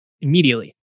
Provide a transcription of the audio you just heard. immediately